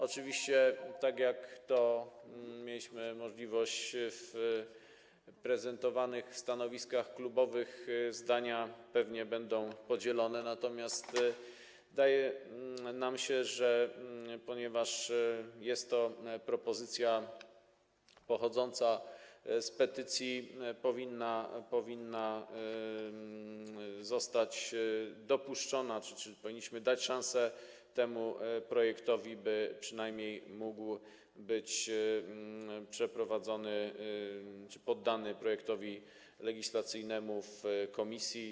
Oczywiście, tak jak to mieliśmy możliwość zobaczyć podczas prezentowania stanowisk klubowych, zdania pewnie będą podzielone, natomiast wydaje nam się, że ponieważ jest to propozycja pochodząca z petycji, powinna zostać dopuszczona czy powinniśmy dać szanse temu projektowi, by przynajmniej mógł być przeprowadzony czy poddany procesowi legislacyjnemu w ramach komisji.